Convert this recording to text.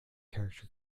character